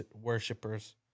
worshippers